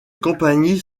compagnies